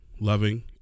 loving